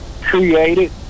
created